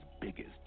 biggest